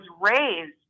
raised